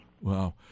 Wow